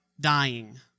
dying